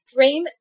Dream